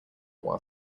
while